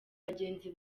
bagenzi